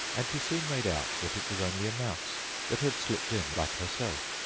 and she soon made out that it was only a mouse that had slipped in like herself.